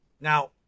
Now